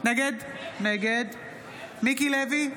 נגד מיקי לוי,